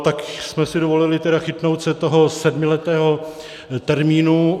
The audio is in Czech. Tak jsme si dovolili tedy chytnout se toho sedmiletého termínu.